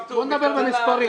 בוא נדבר במספרים.